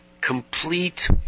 complete